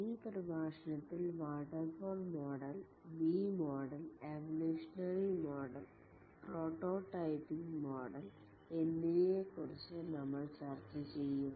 ഈ പ്രഭാഷണത്തിൽ waterfall model V model evolutionary model prototyping model എന്നിവയെക്കുറിച്ച് നമ്മൾ ചർച്ച ചെയ്യും